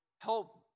help